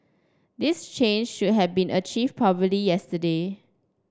this change should have been achieved probably yesterday